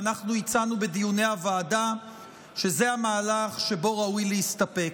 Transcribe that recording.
ואנחנו הצענו בדיוני הוועדה שזה המהלך שבו ראוי להסתפק.